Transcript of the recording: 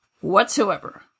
whatsoever